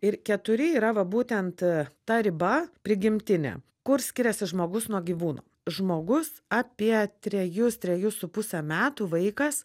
ir keturi yra va būtent ta riba prigimtinė kur skiriasi žmogus nuo gyvūno žmogus apie trejus trejus su puse metų vaikas